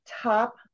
top